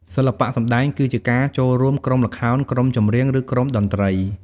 សិល្បៈសម្តែងគឺជាការ ចូលរួមក្រុមល្ខោន ក្រុមចម្រៀង ឬក្រុមតន្រ្តី។